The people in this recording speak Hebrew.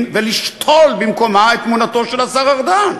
ולשתול במקומה את תמונתו של השר ארדן.